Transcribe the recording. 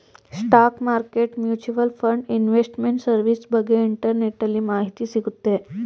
stock market mutual fund investment service ಬಗ್ಗೆ ಇಂಟರ್ನೆಟ್ಟಲ್ಲಿ ಮಾಹಿತಿ ಸಿಗುತ್ತೆ